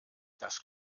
das